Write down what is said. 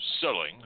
selling